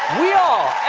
we all,